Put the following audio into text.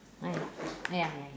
ah ya ya ya